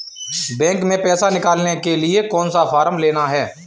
Bank में पैसा निकालने के लिए कौन सा फॉर्म लेना है?